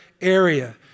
area